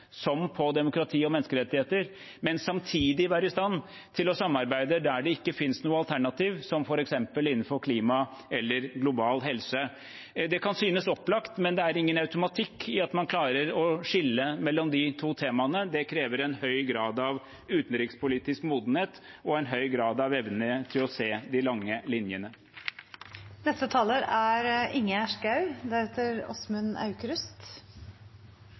som demokrati og menneskerettigheter, og områder der det ikke finnes noe alternativ til å samarbeide, som f.eks. innenfor klima eller global helse. Det kan synes opplagt, men det er ingen automatikk i at man klarer å skille mellom de to temaene. Det krever en høy grad av utenrikspolitisk modenhet og en høy grad av evne til å se de lange